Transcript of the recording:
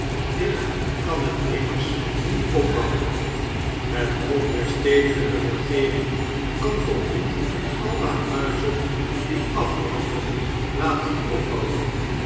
ik kan het immers niet opbouwen het hoofd der stedelijke regeering kan toch niet alle huizen die afbranden laten opbouwen